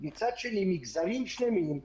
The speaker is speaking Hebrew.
מצד שני, מגזרים שלמים,